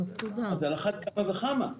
אז על אחת כמה וכמה,